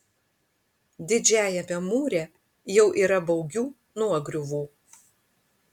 didžiajame mūre jau yra baugių nuogriuvų